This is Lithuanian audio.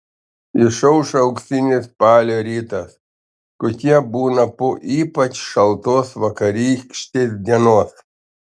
išaušo auksinis spalio rytas kokie būna po ypač šaltos vakarykštės dienos